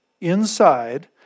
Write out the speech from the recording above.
inside